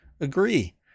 Agree